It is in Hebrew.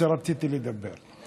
שרציתי לדבר עליו.